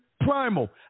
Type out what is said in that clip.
Primal